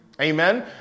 Amen